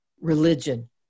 religion